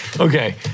Okay